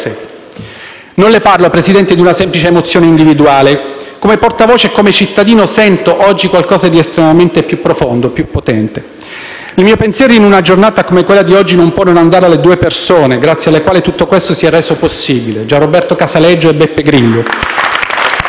Non le parlo, signor Presidente, di una semplice mozione individuale. Come portavoce e come cittadino sento oggi qualcosa di estremamente più profondo e più potente. Il mio pensiero, in una giornata come quella di oggi, non può non andare alle due persone grazie alle quali tutto questo si è reso possibile: Gianroberto Casaleggio e Beppe Grillo,